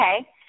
Okay